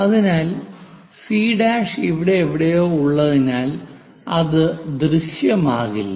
അതിനാൽ C' C' ഇവിടെ എവിടെയോ ഉള്ളതിനാൽ അത് ദൃശ്യമാകില്ല